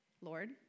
Lord